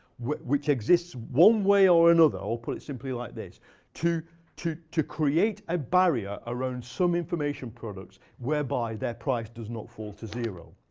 which exists one way or another i'll put it simply like this to to create a barrier around some information products whereby that price does not fall to zero.